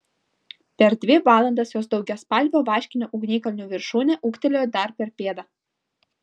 per dvi valandas jos daugiaspalvio vaškinio ugnikalnio viršūnė ūgtelėjo dar per pėdą